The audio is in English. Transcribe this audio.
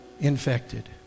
Infected